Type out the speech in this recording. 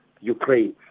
ukraine